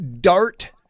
dart